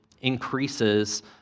increases